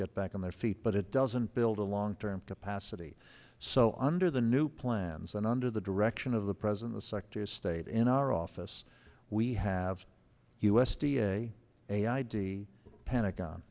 get back on their feet but it doesn't build a long term capacity so under the new plans and under the direction of the president the secretary of state in our office we have u s t a a id pentagon